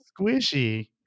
squishy